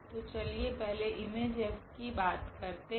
तो चलिए पहले Im कि बात करते है